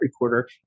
recorder